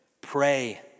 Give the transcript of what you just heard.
Pray